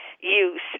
use